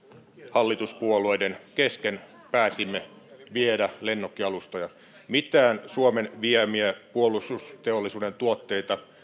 hallituspuolueiden kesken päätimme viedä lennokkialustoja mitään suomen viemiä puolustusteollisuuden tuotteita